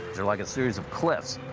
they're like a series of cliffs,